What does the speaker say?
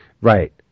Right